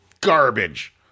garbage